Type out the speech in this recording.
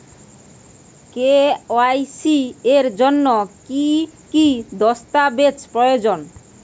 KYC এর জন্যে কি কি দস্তাবেজ প্রয়োজন?